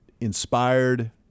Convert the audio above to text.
inspired